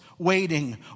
waiting